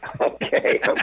Okay